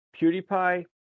pewdiepie